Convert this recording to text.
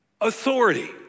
authority